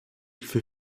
für